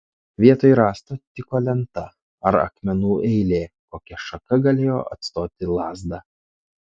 vietoj rąsto tiko lenta ar akmenų eilė kokia šaka galėjo atstoti lazdą